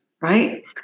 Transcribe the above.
right